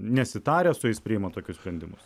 nesitaręs su jais priimat tokius sprendimus